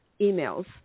emails